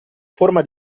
forma